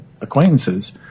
acquaintances